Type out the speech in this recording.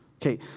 Okay